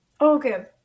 okay